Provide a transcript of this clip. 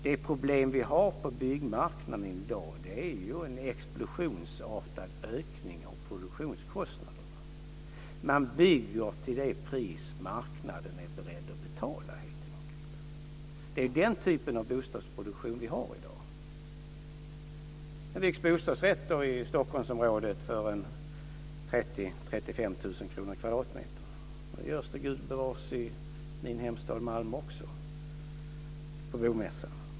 Det problem vi har på byggmarknaden i dag är en explosionsartad ökning av produktionskostnaderna. Man bygger till det pris marknaden är beredd att betala, helt enkelt. Det är den typen av bostadsproduktion vi har i dag. 30 000-35 000 kr kvadratmetern. Det görs det gubevars i min hemstad Malmö också - på bomässan.